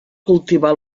cultivar